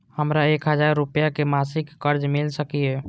हमरा एक हजार रुपया के मासिक कर्ज मिल सकिय?